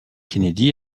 kennedy